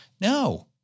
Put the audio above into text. No